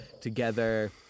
together